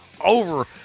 over